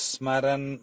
Smaran